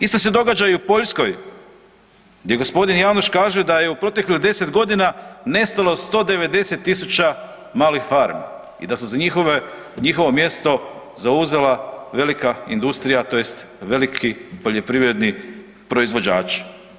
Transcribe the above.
Isto se događa i u Poljskoj gdje g. Janusz kaže da je u proteklih 10.g. nestalo 190.000 malih farmi i da su njihovo mjesto zauzela velika industrija tj. veliki poljoprivredni proizvođači.